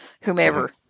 whomever